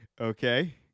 Okay